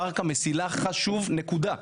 פארק המסילה חשוב, נקודה.